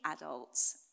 adults